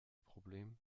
problem